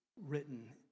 written